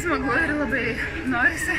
smagu labai norisi